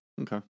Okay